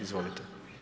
Izvolite.